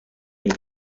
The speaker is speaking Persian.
میده